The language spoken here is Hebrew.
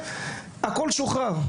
הכול שוחרר,